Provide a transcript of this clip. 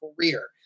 career